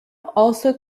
also